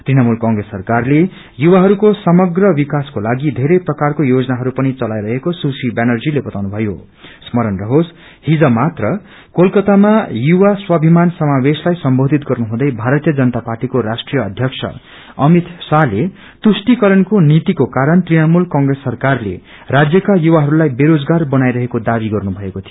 तृणमूल क्र्रेस सरकारले युवाहरूको समग्र विकासेको लागि थेरै प्रकारको योजनाहरू पनि चलाईरहेको सुश्री व्यानर्जीले बताउनुभयों स्मरण होस हिज मात्र क्रेलकातामा युवा स्वाभिमान समावेशलाद सम्बोधित गन्नु हुँदै भारतीय जनता पार्टीको राष्ट्रिय अध्यक्ष अमित शाहत्ते तुष्औकारण्क्रो नीतिको कारण तृणमूल कंग्रेस सरकारले राज्यका युवाहरूलाई बेरोजगार बनाइरहेको दावी गर्नुभएको थियो